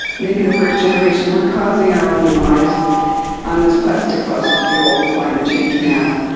maybe the first generation, we're causing our own demise on this plastic fossil fuel climate change path,